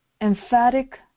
emphatic